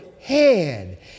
head